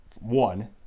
One